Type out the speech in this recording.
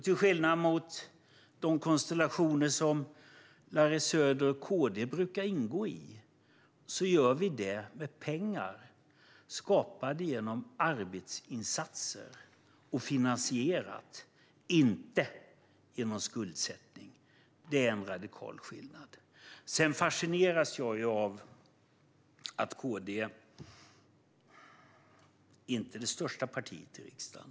Till skillnad från de konstellationer som Larry Söder och KD brukar ingå i gör vi detta med pengar som är skapade genom arbetsinsatser och finansierat, inte genom skuldsättning. Det är en radikal skillnad. Sedan fascineras jag av att KD inte är det största partiet i riksdagen.